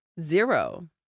Zero